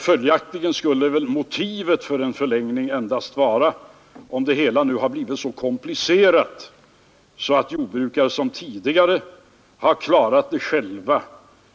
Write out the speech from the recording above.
Följaktligen skulle det enda motivet för en förlängning vara att deklarationen blivit så komplicerad att jordbrukare, som tidigare själva har klarat arbetet härmed,